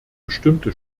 bestimmte